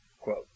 quote